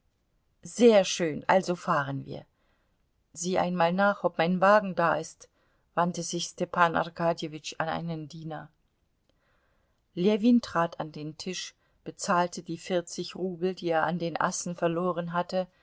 sehr schön also fahren wir sieh einmal nach ob mein wagen da ist wandte sich stepan arkadjewitsch an einen diener ljewin trat an den tisch bezahlte die vierzig rubel die er an den assen verloren hatte